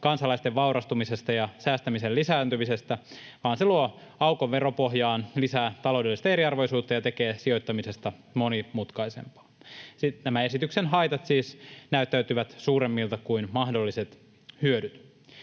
kansalaisten vaurastumisesta ja säästämisen lisääntymisestä, vaan se luo aukon veropohjaan, lisää taloudellista eriarvoisuutta ja tekee sijoittamisesta monimutkaisempaa. Nämä esityksen haitat siis näyttäytyvät suurempina kuin mahdolliset hyödyt.